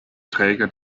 träger